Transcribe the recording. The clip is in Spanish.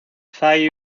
thai